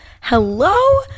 Hello